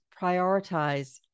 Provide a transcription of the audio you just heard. prioritize